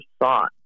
thought